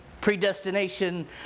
Predestination